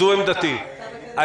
זו עמדתי.